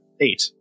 Eight